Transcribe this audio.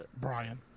Brian